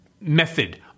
method